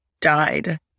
died